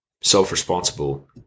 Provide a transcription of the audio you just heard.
self-responsible